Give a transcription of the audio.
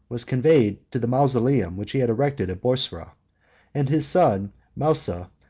was conveyed to the mausoleum which he had erected at boursa and his son mousa,